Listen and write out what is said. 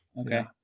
okay